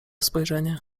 spojrzenie